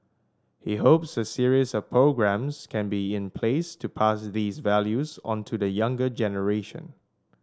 he hopes a series of programmes can be in place to pass these values on to the younger generation